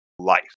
life